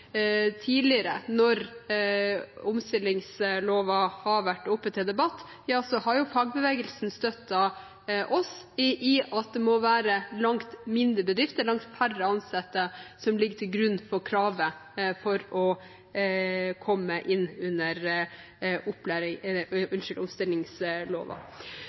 tidligere, når omstillingslova har vært oppe til debatt, har fagbevegelsen støttet oss i at det må være langt mindre bedrifter, langt færre ansatte, som ligger til grunn for kravet om å komme inn under